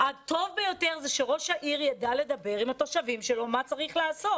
הטוב ביותר זה שראש העיר יידע לדבר עם התושבים שלו מה צריך לעשות.